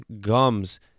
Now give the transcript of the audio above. gums